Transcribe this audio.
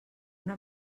una